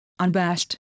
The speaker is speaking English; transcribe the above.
unbashed